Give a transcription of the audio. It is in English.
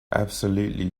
absolutely